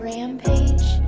Rampage